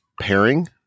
pairing